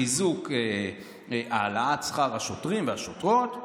חיזוק העלאת שכר השוטרים והשוטרות,